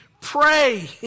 pray